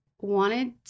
wanted